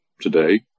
Today